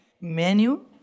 menu